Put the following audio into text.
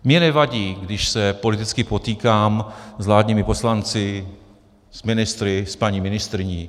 Mně nevadí, když se politicky potýkám s vládními poslanci, s ministry, s paní ministryní.